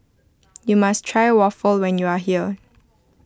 you must try waffle when you are here